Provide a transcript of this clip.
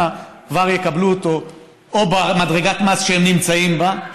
כבר יקבלו אותו במדרגת מס שהם נמצאים בה,